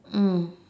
mm